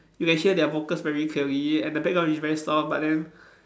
you can hear their vocals very clearly and the background is very soft but then